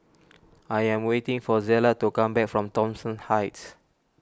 I am waiting for Zella to come back from Thomson Heights